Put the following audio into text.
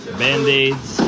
band-aids